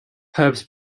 herbs